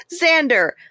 xander